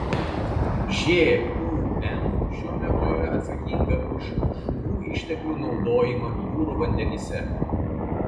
žūm šiuo metu yra atsakinga už žuvų išteklių naudojimą jūrų vandenyse